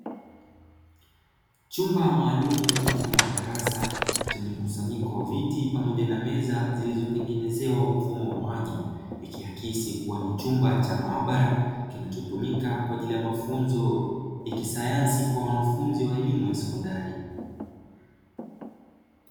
Chumba maalumu mfano wa darasa chenye mkusanyiko wa viti pamoja na meza zilizotengenezewa mfumo wa maji ikiaksi kuwa ni chumba cha maabara kinachotumika kwa ajili ya mafunzo ya kisayansi kwa wanafunzi wa elimu ya sekondari.